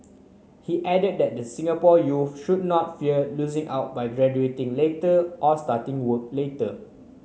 he added that the Singapore youths should not fear losing out by graduating later or starting work later